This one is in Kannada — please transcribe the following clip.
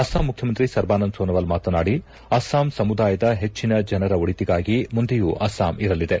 ಅಸ್ಲಾಂ ಮುಖ್ಯಮಂತ್ರಿ ಸರ್ಬಾನಂದ ಸೋನೊವಾಲ್ ಮಾತನಾಡಿ ಅಸ್ಲಾಂ ಸಮುದಾಯದ ಹೆಚ್ಚಿನ ಜನರ ಒಳಿತಿಗಾಗಿ ಮುಂದೆಯೂ ಅಸ್ಲಾಂ ಇರಲಿದೆ